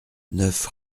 neuf